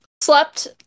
slept